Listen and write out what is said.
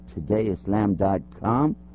todayislam.com